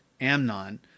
Amnon